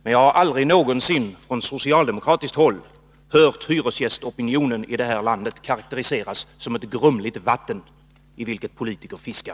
Men jag har aldrig någonsin från socialdemokratiskt håll hört hyresgästopinionen i detta land karakteriseras som ett grumligt vatten, i vilket politiker fiskar.